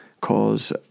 cause